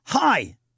Hi